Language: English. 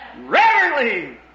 rarely